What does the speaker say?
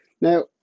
Now